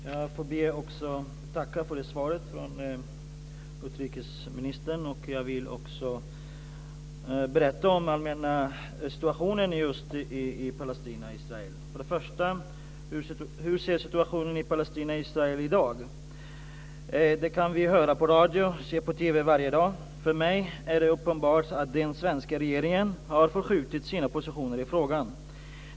Fru talman! Jag får be att tacka för svaret från utrikesministern. Jag vill berätta om den allmänna situationen i Palestina och Israel. Först och främst: Hur ser situationen Palestina-Israel ut i dag? Vi kan höra på radio och se på TV varje dag. För mig är det uppenbart att den svenska regeringen har förskjutit sina positioner i frågan.